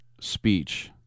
speech